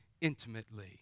intimately